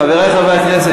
חברי חברי הכנסת,